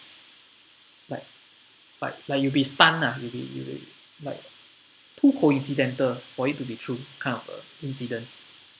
like but like you'll be stunned ah you'll be you'll be like too coincidental for it to be true kind of a incident